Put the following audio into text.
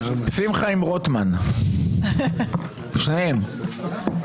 שמחה עם רוטמן, שניהם...